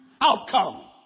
outcome